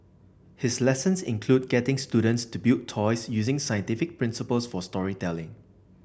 his lessons include getting students to build toys using scientific principles for storytelling